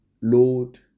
Lord